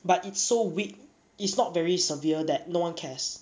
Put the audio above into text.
but it's so weak it's not very severe that no one cares